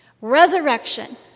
Resurrection